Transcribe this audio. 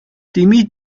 дэмий